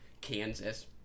Kansas